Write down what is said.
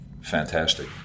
fantastic